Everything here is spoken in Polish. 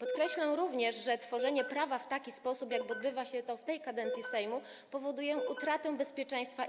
Podkreślę również, że tworzenie prawa w taki sposób, jak odbywa się to w tej kadencji Sejmu, powoduje utratę bezpieczeństwa